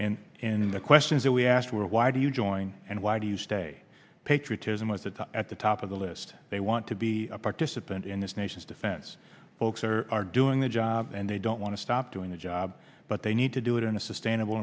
and in the questions that we asked were why do you join and why do you stay patriota most of time at the top of the list they want to be a participant in this nation's defense folks are doing the job and they don't want to stop doing the job but they need to do it in a sustainable